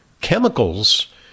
chemicals